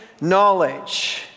knowledge